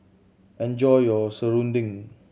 enjoy your serunding